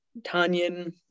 Tanyan